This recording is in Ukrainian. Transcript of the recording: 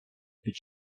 під